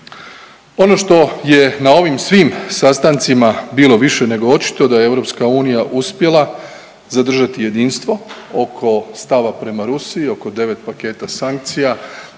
Ono što je na ovim svim sastancima bilo više nego očito da je EU uspjela zadržati jedinstvo oko stava prema Rusiji, oko 9 paketa sankcija,